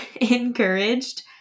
encouraged